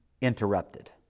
interrupted